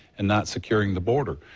and not securing the border.